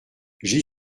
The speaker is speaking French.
j’y